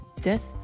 death